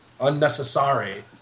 Unnecessary